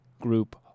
Group